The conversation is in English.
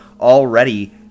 already